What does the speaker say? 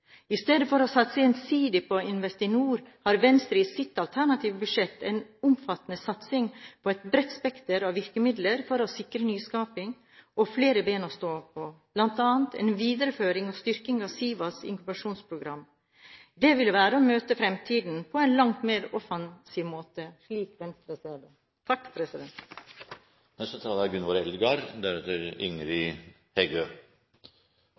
I stedet for å satse ensidig på Investinor har Venstre i sitt alternative budsjett en omfattende satsing på et bredt spekter av virkemidler for å sikre nyskaping og for å ha flere ben å stå på, bl.a. en videreføring og styrking av SIVAs inkubasjonsprogram. Det vil være å møte fremtiden på en langt mer offensiv måte, slik Venstre ser det. Det beste målet for god konkurransekraft er